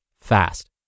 fast